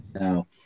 no